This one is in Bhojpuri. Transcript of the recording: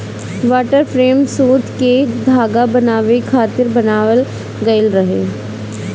वाटर फ्रेम सूत के धागा बनावे खातिर बनावल गइल रहे